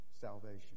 salvation